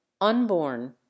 unborn